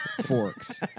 forks